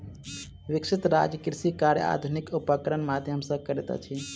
विकसित राज्य कृषि कार्य आधुनिक उपकरणक माध्यम सॅ करैत अछि